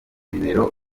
bibero